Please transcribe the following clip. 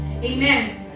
amen